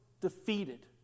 defeated